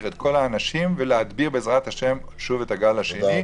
את כל האנשים ולהדביר בעזרת השם את הגל השני.